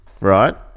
right